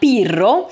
Pirro